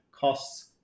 costs